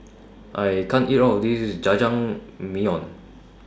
I can't eat All of This Jajangmyeon